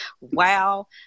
Wow